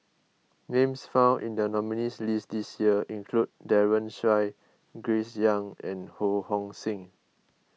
names found in the nominees' list this year include Daren Shiau Grace Young and Ho Hong Sing